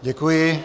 Děkuji.